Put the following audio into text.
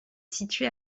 située